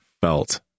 felt